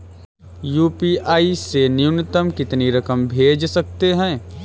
UPI से न्यूनतम कितनी रकम भेज सकते हैं?